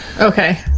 Okay